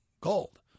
gold